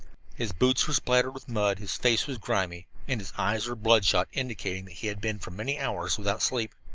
his boots were spattered with mud, his face was grimy, and his eyes were bloodshot, indicating that he had been for many hours without sleep.